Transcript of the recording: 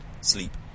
sleep